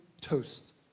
toast